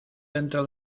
dentro